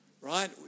right